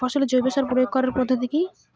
ফসলে জৈব সার প্রয়োগ করার পদ্ধতি কি?